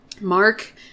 Mark